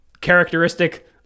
characteristic